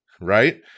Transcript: right